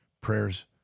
Prayers